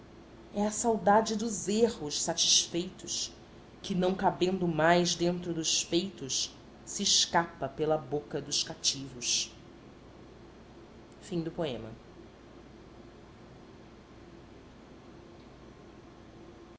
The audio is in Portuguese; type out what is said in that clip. é a saudade dos erros satisfeitos que não cabendo mais dentro dos peitos se escapa pela boca dos cativos aberração na